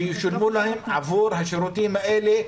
שישלמו להם עבור השירותים האלה,